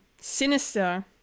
sinister